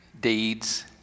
deeds